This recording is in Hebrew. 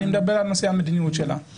אני מדבר על נושא המדיניות שלה.